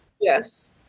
yes